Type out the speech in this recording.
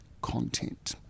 content